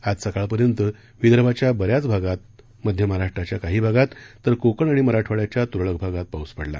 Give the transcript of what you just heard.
आज सकाळपर्यंत विदर्भाच्या बऱ्याच भागात मध्य महाराष्ट्राच्या काही भागात तर कोकण आणि मराठवाड्याच्या तुरळक भागात पाऊस पडला